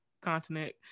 continent